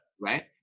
Right